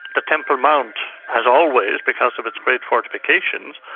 ah temple mount has always, because of its great fortifications,